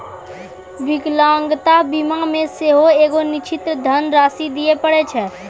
विकलांगता बीमा मे सेहो एगो निश्चित धन राशि दिये पड़ै छै